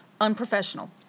unprofessional